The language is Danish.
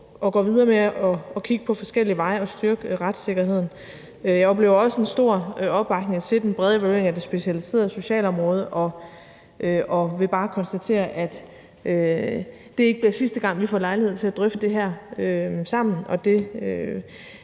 og går videre med at kigge på forskellige veje til at styrke retssikkerheden. Jeg oplever også en stor opbakning til den brede evaluering af det specialiserede socialområde, og jeg vil bare konstatere, at det ikke bliver sidste gang, vi får lejlighed til at drøfte det her sammen. Det